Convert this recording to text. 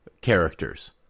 characters